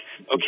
okay